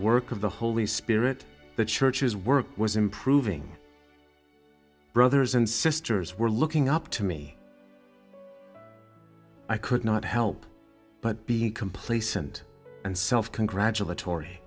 work of the holy spirit the churches work was improving brothers and sisters were looking up to me i could not help but be complacent and self congratulat